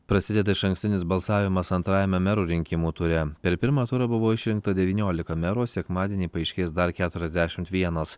prasideda išankstinis balsavimas antrajame merų rinkimų ture per pirmą turą buvo išrinkta devyniolika merų o sekmadienį paaiškės dar keturiasdešimt vienas